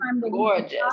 gorgeous